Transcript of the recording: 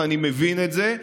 ואני מבין את זה,